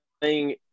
playing